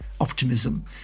optimism